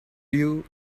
build